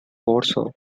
warsaw